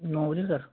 ਨੌ ਵਜੇ ਸਰ